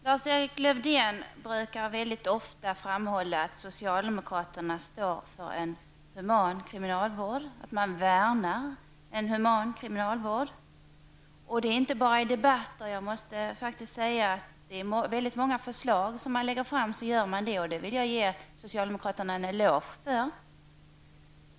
Herr talman! Lars-Erik Lövdén framhåller ofta att socialdemokraterna står för och värnar en human kriminalvård. Och det är inte bara i debatter. Jag måste säga att socialdemokraterna gör det i väldigt många förslag som de lägger fram, och det vill jag ge dem en eloge för.